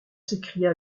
s’écria